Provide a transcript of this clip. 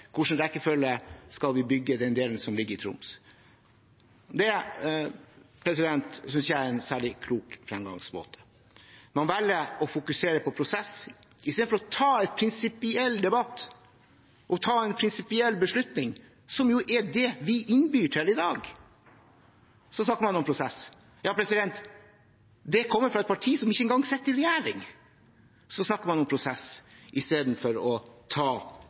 rekkefølge skal vi bygge den delen som ligger i Troms. Det synes ikke jeg er en særlig klok fremgangsmåte. Man velger å fokusere på prosess istedenfor å ta en prinsipiell debatt, å ta en prinsipiell beslutning, som jo er det vi innbyr til i dag. Og det kommer fra et parti som ikke engang sitter i regjering, at man snakker om prosess istedenfor å ta